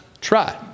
Try